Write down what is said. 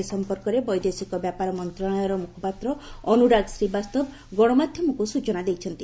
ଏ ସମ୍ପର୍କରେ ବୈଦେଶିକ ବ୍ୟାପାର ମନ୍ତ୍ରଶାଳୟର ମୁଖପାତ୍ର ଅନୁରାଗ ଶ୍ରୀବାସ୍ତବ ଗଣମାଧ୍ୟମକୁ ସୂଚନା ଦେଇଛନ୍ତି